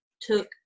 took